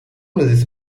this